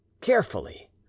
carefully